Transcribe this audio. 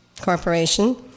Corporation